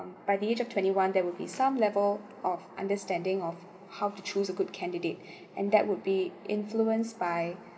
by the age of twenty one there will be some level of understanding of how to choose a good candidate and that would be influenced by